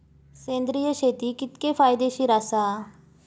सेंद्रिय शेती कितकी फायदेशीर आसा?